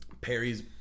Perry's